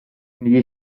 negli